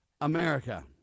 America